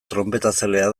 tronpetazalea